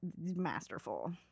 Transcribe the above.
masterful